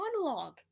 monologue